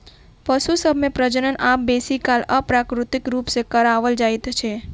पशु सभ मे प्रजनन आब बेसी काल अप्राकृतिक रूप सॅ कराओल जाइत छै